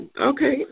Okay